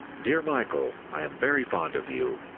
dear michael, i am very fond of you,